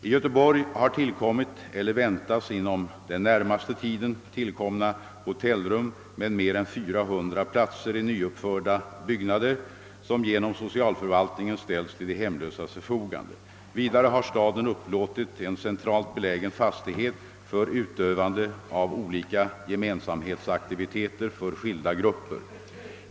I Göteborg har tillkommit eller väntas inom den närmaste tiden tillkomma hotellrum med mer än 400 platser i nyuppförda byggnader, som genom socialförvaltningen ställs till de hemlösas förfogande. Vidare har staden upplåtit en centralt belägen fastighet för utövandet av olika gemensamhetsaktiviteter för skilda grupper.